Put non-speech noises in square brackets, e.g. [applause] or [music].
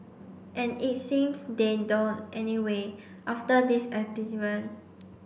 and it seems they don't anyway after this [unintelligible]